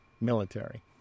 military